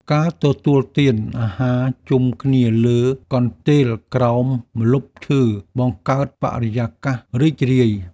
ការទទួលទានអាហារជុំគ្នាលើកន្ទេលក្រោមម្លប់ឈើ បង្កើតបរិយាកាសរីករាយ។